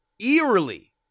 eerily